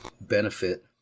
benefit